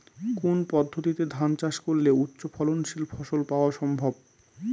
কোন পদ্ধতিতে ধান চাষ করলে উচ্চফলনশীল ফসল পাওয়া সম্ভব?